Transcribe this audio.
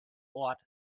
ort